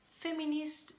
feminist